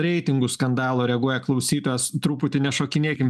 reitingų skandalo reaguoja klausytas truputį nešokinėkim